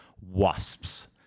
wasps